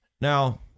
Now